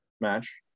match